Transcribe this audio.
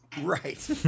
right